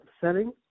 setting